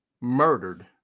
murdered